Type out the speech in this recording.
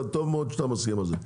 טוב מאוד שאתה מסכים על זה.